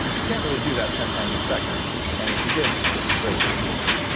you can't really do that ten times a second and if you did the switch would break really quickly,